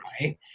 right